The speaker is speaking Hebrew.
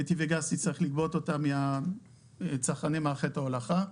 נתיבי גז תצטרך לגבות אותו מצרכני מערכת ההולכה,